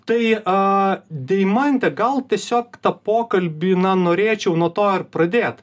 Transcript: tai a deimante gal tiesiog tą pokalbį na norėčiau nuo to ir pradėt